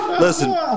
listen